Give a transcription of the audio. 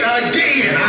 again